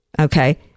Okay